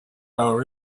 our